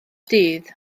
dydd